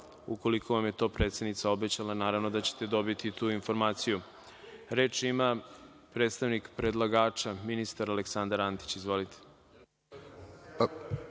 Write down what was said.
ukoliko vam je to predsednica obećala, naravno da ćete dobiti tu informaciju. Reč ima predstavnik predlagača, ministar Aleksandar Antić.